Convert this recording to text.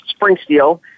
Springsteel